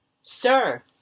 Sir